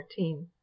14